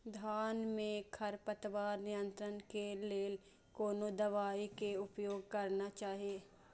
धान में खरपतवार नियंत्रण के लेल कोनो दवाई के उपयोग करना चाही?